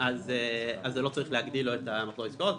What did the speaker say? אז זה לא צריך להגדיל לו את מחזור העסקאות.